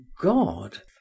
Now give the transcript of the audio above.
god